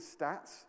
stats